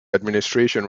administration